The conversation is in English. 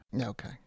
Okay